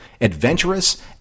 adventurous